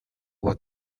what